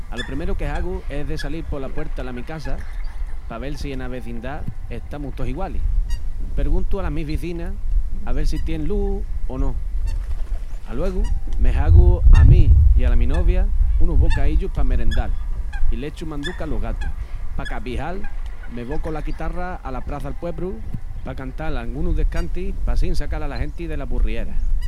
Alo primeru que hagu es de salil pola puerta la mi casa pa vel si ena vezindá estamus tos igualis. Perguntu alas mis vizinas a vel si tién lús o no. Aluegu me hagu a mi i ala mi novia unus bocaíllus pa merendal i l'echu manduca alos gatus. P'acabijal me vo cola quitarra ala praça'l puebru a cantal angunus descantis p'assín sacal ala genti dela aburriera.